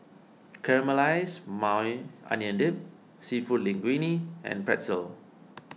Caramelized Maui Onion Dip Seafood Linguine and Pretzel